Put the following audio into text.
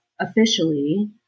Officially